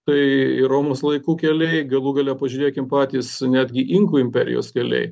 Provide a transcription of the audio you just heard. tai romos laikų keliai galų gale pažiūrėkim patys netgi inkų imperijos keliai